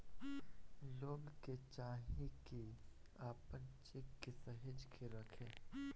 लोग के चाही की आपन चेक के सहेज के रखे